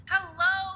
Hello